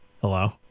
Hello